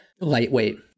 lightweight